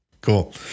Cool